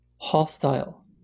hostile